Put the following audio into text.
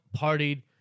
partied